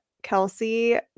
Kelsey